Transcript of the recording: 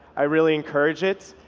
i really encourage it,